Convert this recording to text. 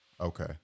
Okay